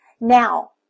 Now